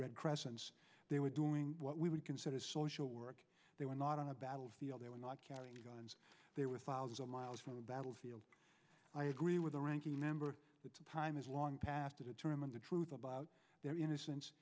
red crescent they were doing what we would consider social work they were not on a battlefield they were not carrying guns there were thousands of miles from the battlefield i agree with the ranking member that time is long past to determine the truth about their innocence